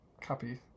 copy